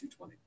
220